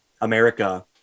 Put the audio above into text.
America